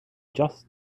just